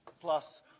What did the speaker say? plus